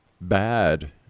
bad